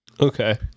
Okay